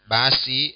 Basi